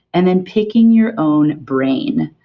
and then picking your own brain.